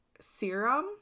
serum